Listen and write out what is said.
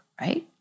right